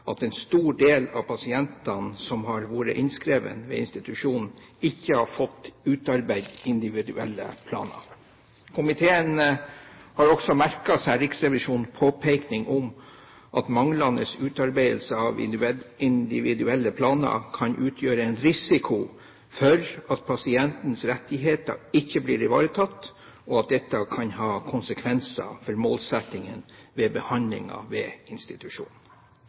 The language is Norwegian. at en stor del av pasientene som har vært innskrevet ved institusjonen, ikke har fått utarbeidet individuelle planer. Komiteen har også merket seg Riksrevisjonens påpekning av at manglende utarbeidelse av individuelle planer kan utgjøre en risiko for at pasientens rettigheter ikke blir ivaretatt, og at dette kan ha konsekvenser for målsettingen med behandlingen ved institusjonen.